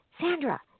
Sandra